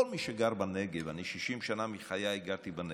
כל מי שגר בנגב, אני 60 שנה מחיי גרתי בנגב,